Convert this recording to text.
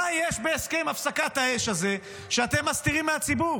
מה יש בהסכם הפסקת האש הזה שאתם מסתירים מהציבור?